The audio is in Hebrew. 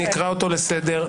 אני אקרא אותו לסדר.